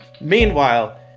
Meanwhile